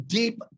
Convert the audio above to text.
deep